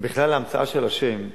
ובכלל ההמצאה של השם,